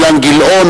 אילן גילאון,